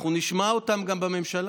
אנחנו נשמע אותן גם בממשלה.